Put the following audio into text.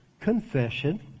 confession